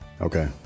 Okay